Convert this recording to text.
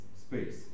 space